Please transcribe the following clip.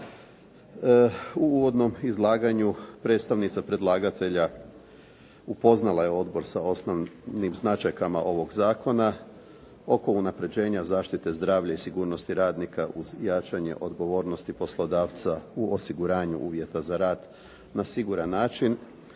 U uvodnom izlaganju predstavnica predlagatelja upoznala je odbor sa osnovnim značajkama ovog zakona oko unapređenja zaštite zdravlja i sigurnosti radnika uz jačanje odgovornosti poslodavca u osiguranju uvjeta za rad na siguran način